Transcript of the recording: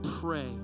pray